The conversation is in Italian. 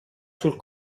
sul